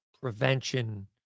prevention